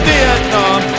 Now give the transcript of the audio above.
Vietnam